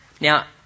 Now